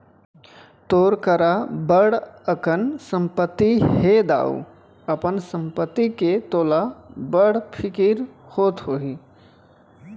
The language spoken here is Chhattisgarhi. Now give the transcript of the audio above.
तोर करा बड़ अकन संपत्ति हे दाऊ, अपन संपत्ति के तोला बड़ फिकिर होत होही